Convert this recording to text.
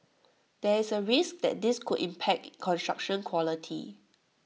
there is A risk that this could impact construction quality